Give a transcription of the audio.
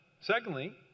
Secondly